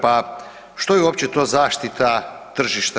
Pa što je uopće to zaštita tržišta?